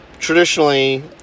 Traditionally